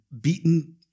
beaten